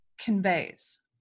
conveys